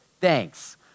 thanks